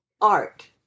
art